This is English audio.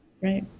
Right